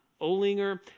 Olinger